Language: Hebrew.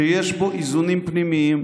שיש בו איזונים פנימיים,